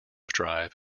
drive